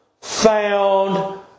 found